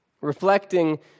reflecting